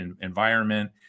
environment